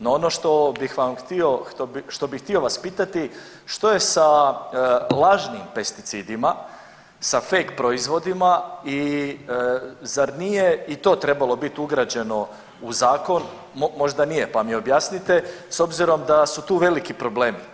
No ono što bih vam htio, što bi htio vas pitati, što je sa lažnim pesticidima, sa fake proizvodima i zar nije i to trebalo biti ugrađeno u zakon, možda nije pa mi objasnite, s obzirom da su tu veliki problemi.